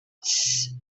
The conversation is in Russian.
тссс